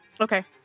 Okay